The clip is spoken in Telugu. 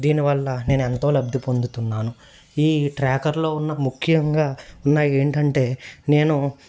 దీనివల్ల నేను ఎంతో లబ్ధి పొందుతున్నాను ఈ ట్రాకర్లో ఉన్న ముఖ్యంగా ఉన్నా ఏంటంటే నేను